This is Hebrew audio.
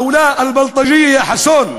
העונה על בלטג'יה (בערבית: בריונים); חסון,